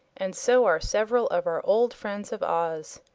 and so are several of our old friends of oz.